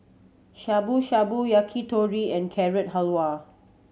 Shabu Shabu Yakitori and Carrot Halwa